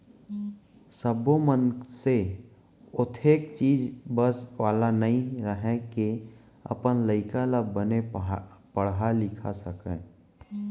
सब्बो मनसे ओतेख चीज बस वाला नइ रहय के अपन लइका ल बने पड़हा लिखा सकय